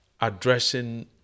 addressing